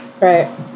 Right